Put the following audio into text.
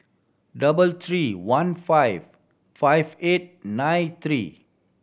double three one five five eight nine three